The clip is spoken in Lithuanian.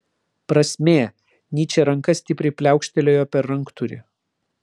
prasmė nyčė ranka stipriai pliaukštelėjo per ranktūrį